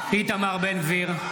(קורא בשמות חברי הכנסת) איתמר בן גביר,